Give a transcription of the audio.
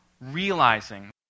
realizing